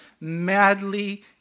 madly